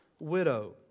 Widow